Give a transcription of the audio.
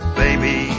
baby